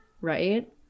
right